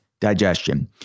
digestion